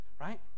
right